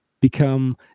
become